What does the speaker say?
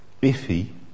biffy